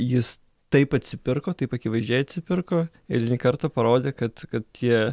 jis taip atsipirko taip akivaizdžiai atsipirko eilinį kartą parodė kad kad tie